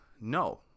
no